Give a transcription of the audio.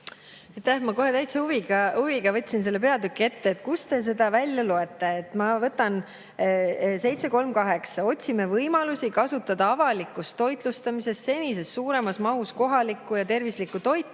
Ma kohe täitsa huviga võtsin selle peatüki ette, et näha, kust te seda välja loete. Ma vaatan punkti 7.3.8: "Otsime võimalusi kasutada avalikus toitlustamises senisest suuremas mahus kohalikku ja tervislikku toitu ning